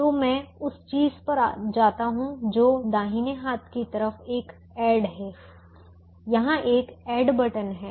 तो मैं उस चीज़ पर जाता हूं जो दाहिने हाथ की तरफ एक ऐड है यहां एक ऐड बटन है